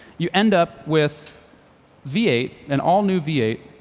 you end up with v eight, an all new v eight,